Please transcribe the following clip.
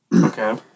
okay